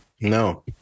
No